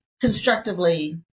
constructively